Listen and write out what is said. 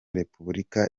repuburika